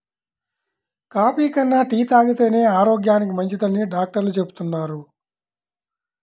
coffee కన్నా tea తాగితేనే ఆరోగ్యానికి మంచిదని డాక్టర్లు చెబుతున్నారు